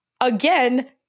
again